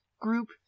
group